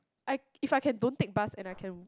I if I can don't take bus and I can